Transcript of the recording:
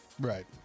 Right